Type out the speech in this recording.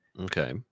Okay